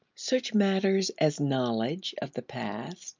such matters as knowledge of the past,